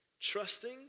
trusting